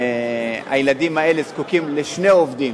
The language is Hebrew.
הילדים האלה זקוקים לשני עובדים,